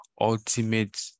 ultimate